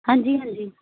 ਹਾਂਜੀ ਹਾਂਜੀ